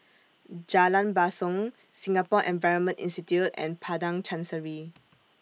Jalan Basong Singapore Environment Institute and Padang Chancery